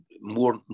more